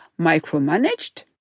micromanaged